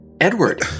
Edward